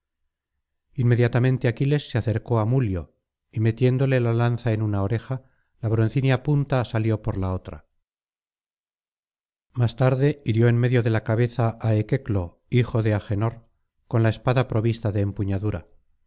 inmediatamente aquiles se acercó á mulio y metiéndole la lanza en una oreja la broncínea punta salió por la otra más tarde hirió en medio de la cabeza á equeclo hijo de agenor con la espada provista de empuñadura